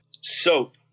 soap